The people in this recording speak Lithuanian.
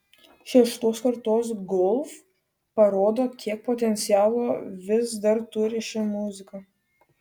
šeštos kartos golf parodo kiek potencialo vis dar turi ši muzika